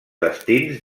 destins